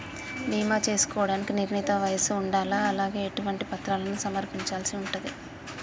బీమా చేసుకోవడానికి నిర్ణీత వయస్సు ఉండాలా? అలాగే ఎటువంటి పత్రాలను సమర్పించాల్సి ఉంటది?